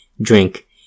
drink